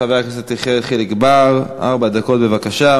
חבר הכנסת יחיאל חיליק בר, ארבע דקות, בבקשה.